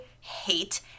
hate